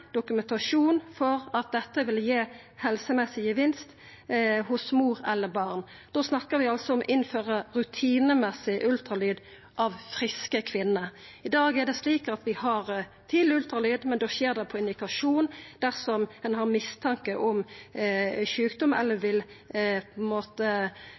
dokumentasjon på at det vil gi helsemessig gevinst hos mor eller barn. Da snakkar vi altså om å innføra rutinemessig ultralyd av friske kvinner. I dag har vi tidleg ultralyd, men da skjer det etter indikasjon på eller mistanke om sjukdom – eller